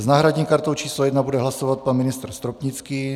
S náhradní kartou číslo 1 bude hlasovat pan ministr Stropnický.